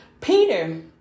Peter